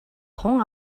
тун